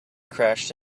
crashed